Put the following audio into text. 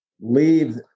leave